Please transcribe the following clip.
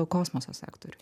kosmoso sektoriui